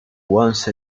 once